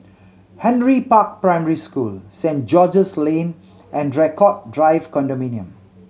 Henry Park Primary School Saint George's Lane and Draycott Drive Condominium